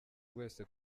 wese